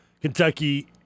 Kentucky